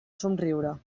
somriure